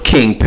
King